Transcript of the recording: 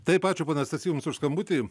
taip ačiū pone stasy jums už skambutį